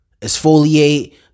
Exfoliate